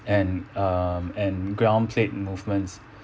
and um and ground plate movements